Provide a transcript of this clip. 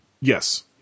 Yes